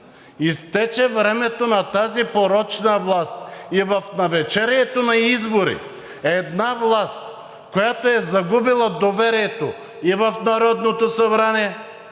изтече времето на тази порочна власт. И в навечерието на избори една власт, която е загубила доверието и в Народното събрание,